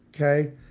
okay